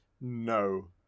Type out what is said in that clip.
No